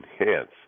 enhance